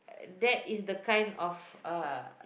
that is the kind of uh